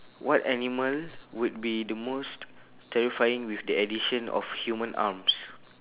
what animal would be the most terrifying with the addition of human arms